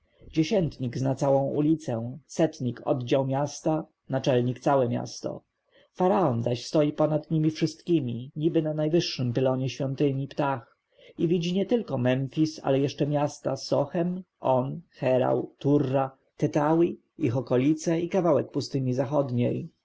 domów dziesiętnik zna całą ulicę setnik oddział miasta naczelnik całe miasto faraon zaś stoi ponad nimi wszystkimi niby na najwyższym pylonie świątyni ptah i widzi nietylko memfis ale jeszcze miasta sochem on cherau turra tetani ich okolice i kawałek pustyni zachodniej